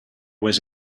was